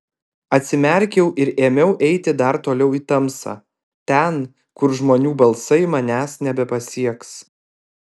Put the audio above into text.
atsimerkiau ir ėmiau eiti dar toliau į tamsą ten kur žmonių balsai manęs nebepasieks